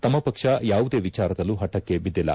ತಮ್ಮ ಪಕ್ಷ ಯಾವುದೇ ವಿಚಾರದಲ್ಲೂ ಹಠಕ್ಕೆ ಬಿದ್ದಿಲ್ಲ